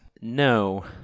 No